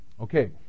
Okay